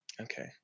Okay